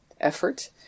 effort